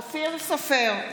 אופיר סופר,